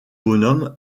bonhomme